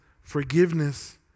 forgiveness